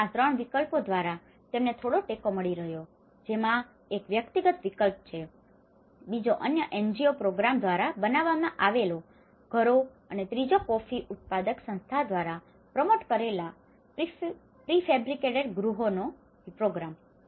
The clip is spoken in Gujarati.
આમ આ 3 વિકલ્પો દ્વારા તેમને થોડો ટેકો મળી રહ્યો જેમાં એક વ્યક્તિગત વિકલ્પ છે બીજો અન્ય NGO પ્રોગ્રામ દ્વારા બનાવમાં આવેલા ઘરો અને ત્રીજો કોફી ઉત્પાદક સંસ્થાઓ દ્વારા પ્રમોટ કરેલા પ્રિફેબ્રિકેટેડ ગૃહોનો પ્રોગ્રામ